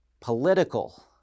political